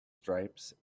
stripes